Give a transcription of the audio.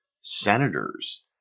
senators